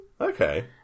Okay